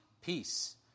Peace